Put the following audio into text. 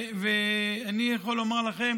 ואני יכול לומר לכם